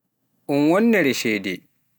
un wonnere ceede.